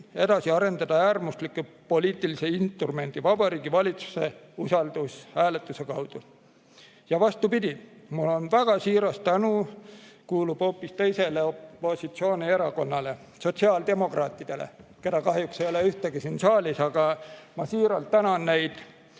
edasi arendada äärmusliku poliitilise instrumendi, Vabariigi Valitsuse usaldushääletuse kaudu. Ja vastupidi, mu väga siiras tänu kuulub hoopis teisele opositsioonierakonnale, sotsiaaldemokraatidele, kellest kahjuks ühtegi ei ole praegu siin saalis. Aga ma siiralt tänan neid